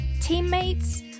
teammates